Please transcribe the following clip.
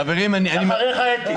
ואחריך אתי.